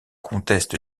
conteste